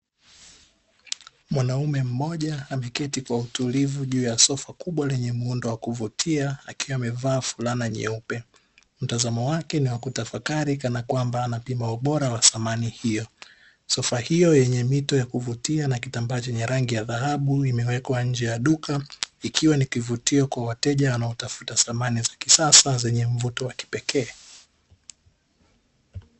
Mwanaume mmoja ameketi kwa utulivu juu ya sofa kubwa lenye muundo wa kuvutia akiwa amevaa fulana nyeupe, mtazamo wake ni wa kutafakari kana kwamba anapima ubora wa samani hiyo, sofa hiyo yenye mito ya kuvutia na kitambaa chenye rangi ya dhahabu imewekwa nje ya duka ikiwa ni kivutio kwa wateja wanao tafuta samani za kisasa zenye mvuto wa kipekee.